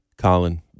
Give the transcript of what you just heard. Colin